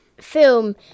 film